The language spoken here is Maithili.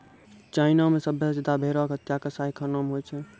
चाइना मे सभ्भे से ज्यादा भेड़ो के हत्या कसाईखाना मे होय छै